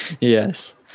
yes